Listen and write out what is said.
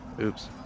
oops